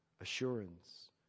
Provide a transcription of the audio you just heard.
assurance